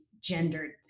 gendered